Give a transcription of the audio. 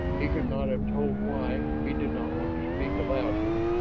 he could not have told why he did not want to speak aloud here,